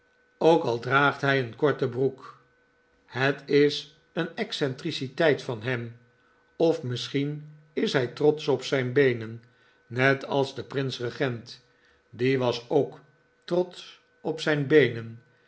genteleman al draagt hij een korte een gentleman al draagt hij een korte excentriciteit van hem zijn of misschien is hij trotsch op zijn beenen net als de prins regent die was ook trotsch op zijn beenen